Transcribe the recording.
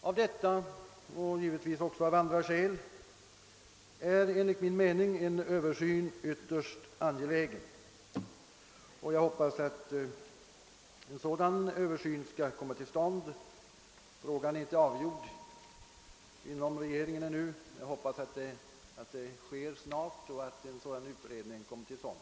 Av detta och givetvis också av andra skäl är enligt min mening en översyn ytterst angelägen, och jag hoppas att en sådan översyn skall komma till stånd. Frågan är ju ännu inte avgjord inom regeringen. Jag hoppas att avgörandet träffas snart och att en utredning tillsätts.